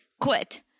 quit